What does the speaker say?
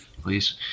please